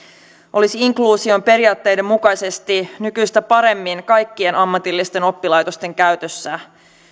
olisi inkluusion periaatteiden mukaisesti nykyistä paremmin kaikkien ammatillisten oppilaitosten käytössä